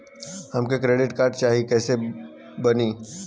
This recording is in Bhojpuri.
हमके क्रेडिट कार्ड चाही कैसे बनी?